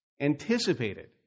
anticipated